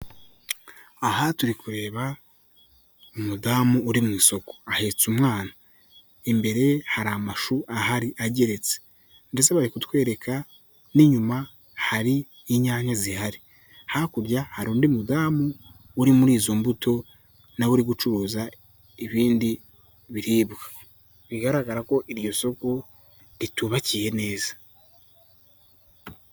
aAha turi kureba umudamu uri mu isoko, ahetse umwana, imbere hari amashu ahari ageretse ndetse bari kutwereka n'inyuma hari inyanya zihari, hakurya hari undi mudamu uri muri izo mbuto nawe uri gucuruza ibindi biribwa, bigaragara ko iryo soko ritubakiye neza.